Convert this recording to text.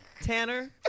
tanner